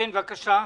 10:47)